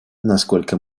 насколько